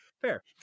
fair